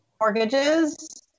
mortgages